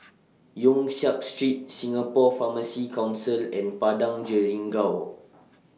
Yong Siak Street Singapore Pharmacy Council and Padang Jeringau